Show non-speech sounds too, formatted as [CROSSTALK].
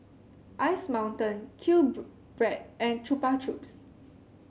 Ice Mountain Q [UNINTELLIGIBLE] Bread and Chupa Chups